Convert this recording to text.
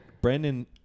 Brandon